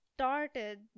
started